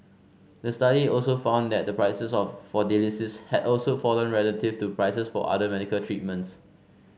the study also found that the prices of for dialysis had also fallen relative to prices for other medical treatments